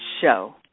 show